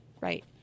Right